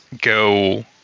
go